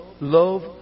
love